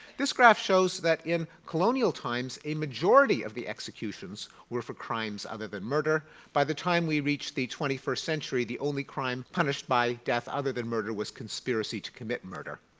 this graph shows that in colonial times, a majority of the executions were for crimes other than murder by the time we reach the twenty first century the only crime punished by death other than murder was conspiracy to commit murder.